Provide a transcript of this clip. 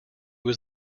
was